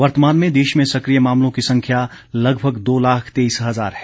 वर्तमान में देश में सक्रिय मामलों की संख्या लगभग दो लाख तेईस हजार है